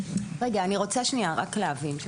אני רוצה שנייה רק להבין.